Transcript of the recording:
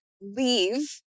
leave